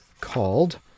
called